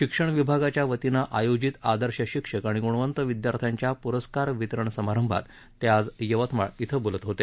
शिक्षण विभागाच्यावतीनं आयोजित आदर्श शिक्षक आणि ग्णवंत विद्यार्थ्यांच्या प्रस्कार वितरण समारंभात ते आज यवतमाळमध्ये बोलत होते